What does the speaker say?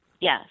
Yes